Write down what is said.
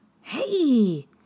Hey